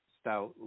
stout